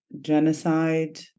genocide